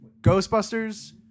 ghostbusters